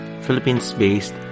Philippines-based